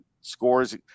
scores